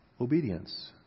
Obedience